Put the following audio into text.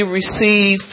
receive